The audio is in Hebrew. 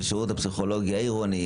בשירות הפסיכולוגי העירוני,